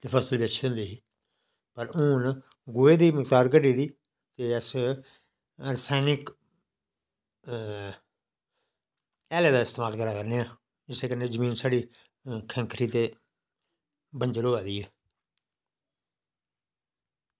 ते फसल बी अच्छी होंदी ही पर हून गोहे दी पैदावार घट्टी दी ते अस रसैनिक हैले दा इस्तेमाल करा करने आं उस्सै कन्नै जमीन साढ़ी खंखरी ते बंजर होआ दी ऐ